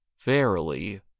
verily